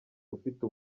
ufite